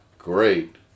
Great